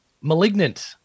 Malignant